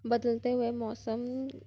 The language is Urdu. بدلتے ہوئے موسم